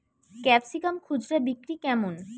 Capsicum খুচরা বিক্রি কেমন?